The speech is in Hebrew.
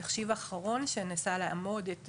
התחשיב האחרון שניסה לאמוד את